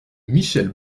michèle